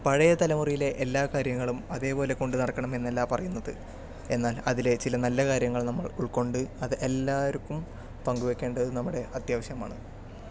പഴയ തലമുറയിലെ എല്ലാകാര്യങ്ങളും അതേപോലെ കൊണ്ടുനടക്കണം എന്നല്ല പറയുന്നത് എന്നാൽ അതിലെ ചില നല്ല കാര്യങ്ങൾ നമ്മൾ ഉൾകൊണ്ട് അത് എല്ലാവർക്കും പങ്കുവെക്കേണ്ടത് നമ്മുടെ അത്യാവശ്യമാണ്